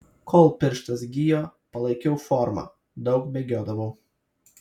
kol pirštas gijo palaikiau formą daug bėgiodavau